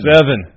Seven